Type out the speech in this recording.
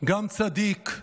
גם צדיק,